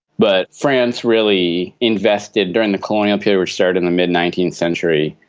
but france really invested, during the colonial period which started in the mid nineteenth century,